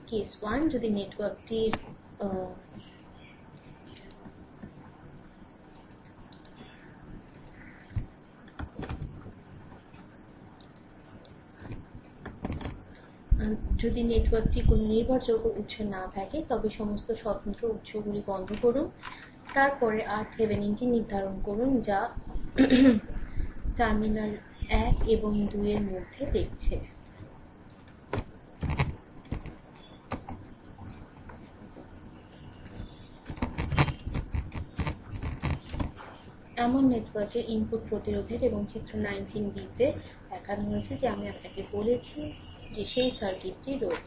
case 1 যদি নেটওয়ার্কটির কোনও নির্ভরযোগ্য উৎস না থাকে তবে সমস্ত স্বতন্ত্র উত্স বন্ধ করুন তারপরে RTheveninটি নির্ধারণ করুন যা টার্মিনালগুলি 1 এবং 2 এর মধ্যে দেখছে এমন নেটওয়ার্কের ইনপুট প্রতিরোধের এবং চিত্র 19 b তে দেখানো হয়েছে যে আমি আপনাকে বলেছি যে সেই সার্কিটটি রয়েছে